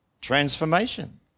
Transformation